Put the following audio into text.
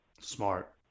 Smart